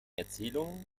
erzählungen